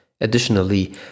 Additionally